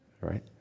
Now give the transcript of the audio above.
right